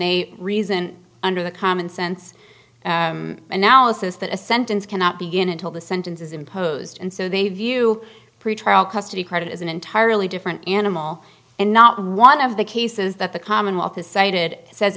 they reason under the common sense analysis that a sentence cannot begin until the sentences imposed and so they view pretrial custody credit is an entirely different animal and not one of the cases that the commonwealth has cited says